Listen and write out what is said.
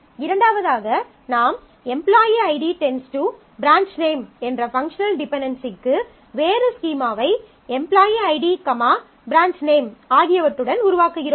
இரண்டாவதாக நாம் employee ID → branch name employee ID → branch name என்ற பங்க்ஷனல் டிபென்டென்சிக்கு வேறு ஸ்கீமாவை employee ID branch name employee ID branch name ஆகியவற்றுடன் உருவாக்குகிறோம்